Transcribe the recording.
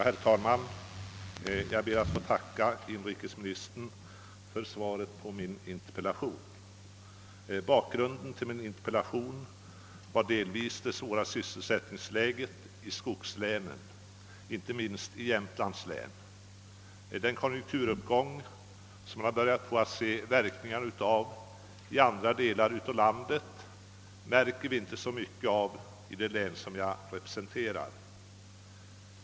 Herr talman! Jag ber att få tacka inrikesministern för svaret på min interpellation. Bakgrunden till denna var delvis det svåra sysselsättningsläget i skogslänen, inte minst i Jämtlands län. Den konjunkturuppgång, vars verkningar man har börjat se i andra delar av landet, märker vi inte så mycket av i det län jag representerar.